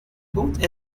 both